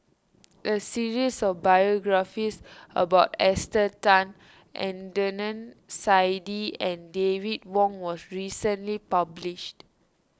a series of biographies about Esther Tan Adnan Saidi and David Wong was recently published